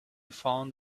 found